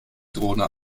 drohne